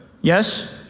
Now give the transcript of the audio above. Yes